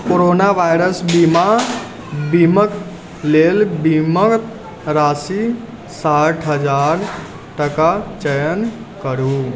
corona virus बीमा बीमक लेल बीमक राशि साठि हजार टका चयन करु